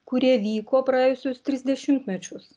kurie vyko praėjusius tris dešimtmečius